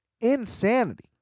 insanity